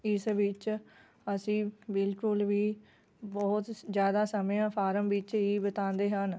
ਇਸ ਵਿੱਚ ਅਸੀਂ ਬਿਲਕੁਲ ਵੀ ਬਹੁਤ ਜ਼ਿਆਦਾ ਸਮਾਂ ਫਾਰਮ ਵਿੱਚ ਹੀ ਬਿਤਾਉਂਦੇ ਹਨ